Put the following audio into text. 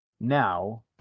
now